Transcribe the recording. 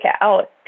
out